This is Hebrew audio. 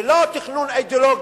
ולא תכנון אידיאולוגי,